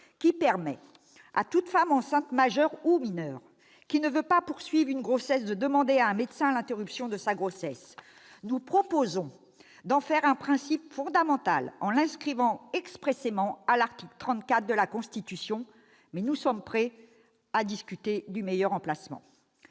qui permet à toute femme enceinte, majeure ou mineure, qui ne veut pas poursuivre une grossesse, d'en demander l'interruption à un médecin. Nous proposons d'en faire un principe fondamental en l'inscrivant expressément à l'article 34 de la Constitution, mais nous sommes prêts à discuter du meilleur emplacement.